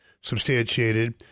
substantiated